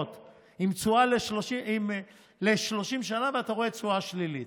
עם תשואה ל-30 שנה ואתה רואה תשואה שלילית.